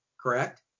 correct